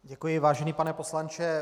Děkuji, vážený pane poslanče.